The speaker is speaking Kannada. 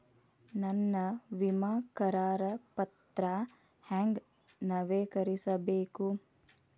ನನ್ನ ವಿಮಾ ಕರಾರ ಪತ್ರಾ ಹೆಂಗ್ ನವೇಕರಿಸಬೇಕು?